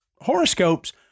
horoscopes